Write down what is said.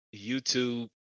YouTube